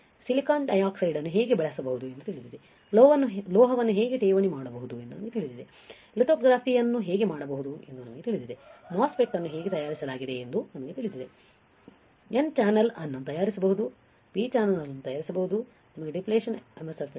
silicon dioxide ಅನ್ನು ಹೇಗೆ ಬೆಳೆಸಬಹುದು ಎಂದು ತಿಳಿದಿದೆ ಲೋಹವನ್ನು ಹೇಗೆ ಠೇವಣಿ ಮಾಡಬಹುದು ಎಂದು ನಮಗೆ ತಿಳಿದಿದೆ ಲಿಥೋಗ್ರಫಿಯನ್ನು ಹೇಗೆ ಮಾಡಬಹುದು ಎಂದು ನಮಗೆ ತಿಳಿದಿದೆ MOSFET ಅನ್ನು ಹೇಗೆ ತಯಾರಿಸಲಾಗಿದೆ ಎಂದು ನಮಗೆ ತಿಳಿದಿದೆ N ಚಾನಲ್ ಅನ್ನು ತಯಾರಿಸಬಹುದು ನಾವು P ಚಾನಲ್ ಅನ್ನು ತಯಾರಿಸಬಹುದು ನಮಗೆ ಡಿಪ್ಲಿಷನ್ MOSFET ತಿಳಿದಿದೆ